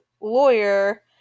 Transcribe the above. lawyer